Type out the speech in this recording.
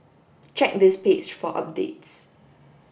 check this page for updates